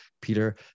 Peter